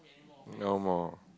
no more